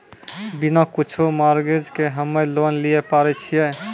बिना कुछो मॉर्गेज के हम्मय लोन लिये पारे छियै?